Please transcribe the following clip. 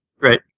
Right